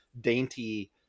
dainty